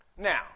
Now